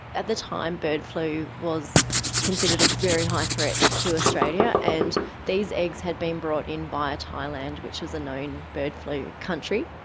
at the time, bird flu was considered a very high threat to australia and these eggs had been brought in via thailand, which was a known bird flu country.